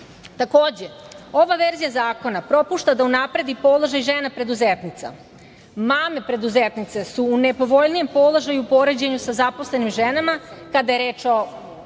zemlji. Takođe, ova verzija zakona propušta da unapredi položaj žena preduzetnica. Mame preduzetnice su u nepovoljnijem položaju u poređenju sa zaposlenim ženama, kada je reč o